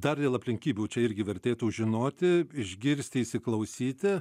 dar dėl aplinkybių čia irgi vertėtų žinoti išgirsti įsiklausyti